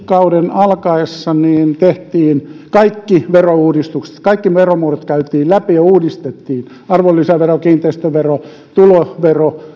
kauden alkaessa tehtiin kaikki verouudistukset kaikki veromuodot käytiin läpi ja uudistettiin arvonlisävero kiinteistövero tulovero